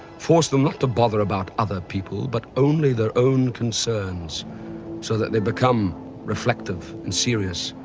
force them not to bother about other people but only their own concerns so that they become reflective and serious.